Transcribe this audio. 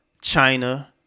China